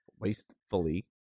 wastefully